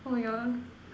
oh you all